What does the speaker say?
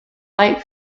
light